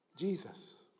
Jesus